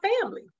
family